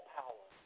power